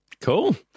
Cool